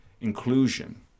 inclusion